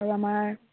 আৰু আমাৰ